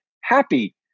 happy